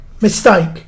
Mistake